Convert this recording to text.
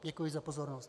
Děkuji za pozornost.